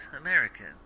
American